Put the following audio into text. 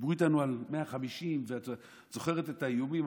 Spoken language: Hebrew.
דיברו איתנו על 150. את זוכרת את האיומים?